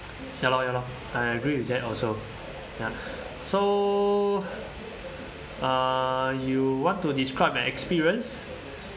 ya lor ya lor I agree with that also ya so uh you want to describe an experience